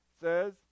says